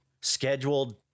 scheduled